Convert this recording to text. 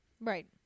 Right